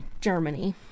Germany